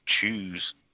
choose